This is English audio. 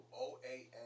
O-A-N